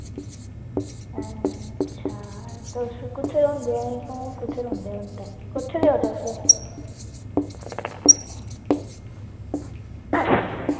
अच्छा तुस कुत्थें होंदे ते हून कुत्थें रौंह्दे होंदे कुत्थे दे ओ तुस